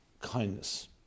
kindness